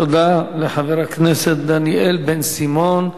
תודה לחבר הכנסת דניאל בן-סימון.